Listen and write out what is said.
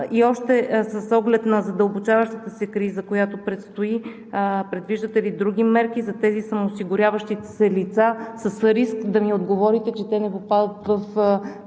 И още с оглед на задълбочаващата се криза, която предстои, предвиждате ли други мерки за тези самоосигуряващи се лица? С риск да ми отговорите, че те не попадат в